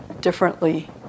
differently